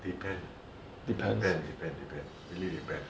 depend mm depend depend depend really depend